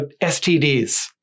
STDs